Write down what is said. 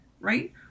right